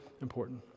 important